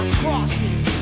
crosses